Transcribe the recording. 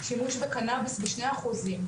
שימוש בקנאביס בשני אחוזים,